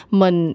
mình